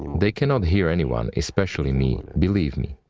they can not hear anyone, especially me, believe me.